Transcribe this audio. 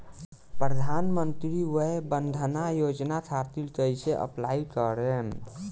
प्रधानमंत्री वय वन्द ना योजना खातिर कइसे अप्लाई करेम?